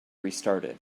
restarted